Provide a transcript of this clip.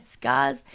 guys